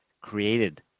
created